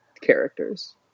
characters